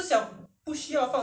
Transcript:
ya 不用